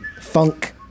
Funk